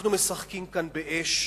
אנחנו משחקים כאן באש,